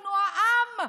אנחנו העם,